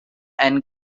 and